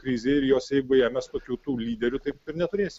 krizė ir jos eigoje mes tokių tų lyderių taip ir neturėsim